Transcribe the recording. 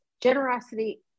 Generosity